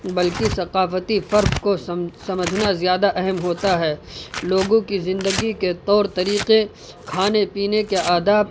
بلکہ ثقافتی فرق کو سمجھنا زیادہ اہم ہوتا ہے لوگوں کی زندگی کے طور طریقے کھانے پینے کے آداب